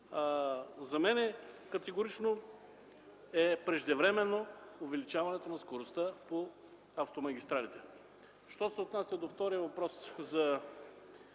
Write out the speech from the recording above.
За мен е категорично преждевременно увеличаването на скоростта по автомагистралите. Що се отнася до втория въпрос –